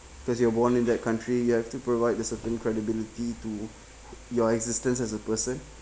because you're born in that country you have to provide the certain credibility to your existence as a person